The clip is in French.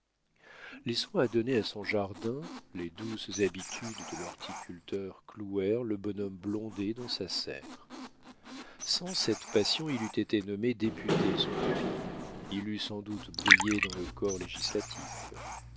les soins à donner à son jardin les douces habitudes de l'horticulteur clouèrent le bonhomme blondet dans sa serre sans cette passion il eût été nommé député sous l'empire il eût sans doute brillé dans le corps législatif